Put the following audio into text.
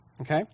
Okay